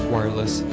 Wireless